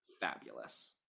fabulous